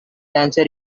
dancer